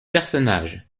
personnages